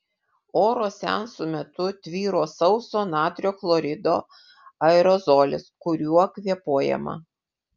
oro seanso metu tvyro sauso natrio chlorido aerozolis kuriuo kvėpuojama